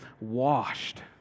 washed